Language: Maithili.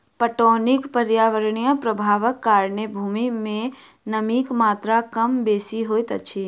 पटौनीक पर्यावरणीय प्रभावक कारणेँ भूमि मे नमीक मात्रा कम बेसी होइत अछि